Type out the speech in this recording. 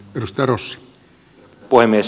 herra puhemies